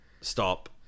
Stop